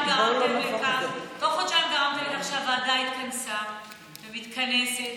תוך חודשיים גרמתם לכך שהוועדה התכנסה ומתכנסת,